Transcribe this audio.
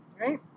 Right